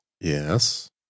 Yes